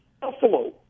Buffalo